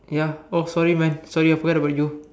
ya oh sorry man sorry I forget about you